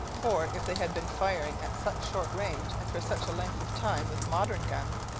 for if they had been firing at such short range and for such a length of time with modern guns,